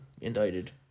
indicted